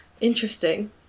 Interesting